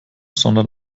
sondern